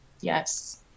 Yes